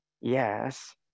Yes